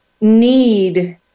need